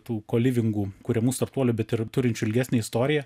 tų kolivingų kuriamų startuolių bet ir turinčių ilgesnę istoriją